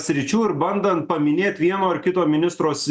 sričių ir bandant paminėt vieno ar kito ministro